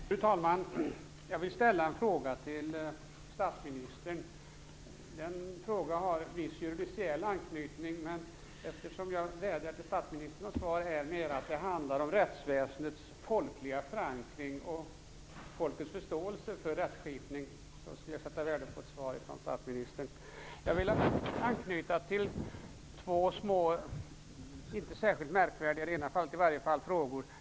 Fru talman! Jag vill ställa en fråga till statsministern. Frågan har viss juridiciell anknytning. Jag vädjar till statsministern om svar eftersom jag menar att det handlar om rättsväsendets folkliga förankring och folkets förståelse för rättsskipning. Jag vill anknyta till två inte särskilt märkvärdiga frågor.